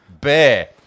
bear